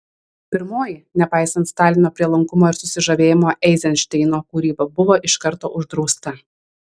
pirmoji nepaisant stalino prielankumo ir susižavėjimo eizenšteino kūryba buvo iš karto uždrausta